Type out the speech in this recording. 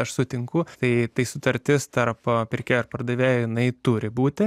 aš sutinku tai tai sutartis tarp pirkėjo ir pardavėjo jinai turi būti